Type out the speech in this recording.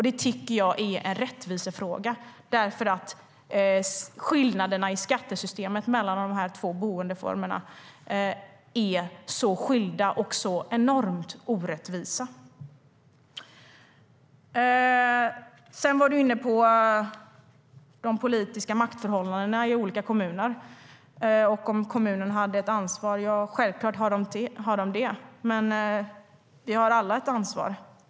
Det tycker jag är en rättvisefråga, därför att skillnaderna i skattesystemet mellan de här två boendeformerna är så enormt orättvisa. Ola Johansson var också inne på de politiska maktförhållandena i olika kommuner och om kommunen hade ett ansvar. Självklart har de det. Vi har alla ett ansvar.